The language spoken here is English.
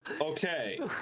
Okay